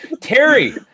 Terry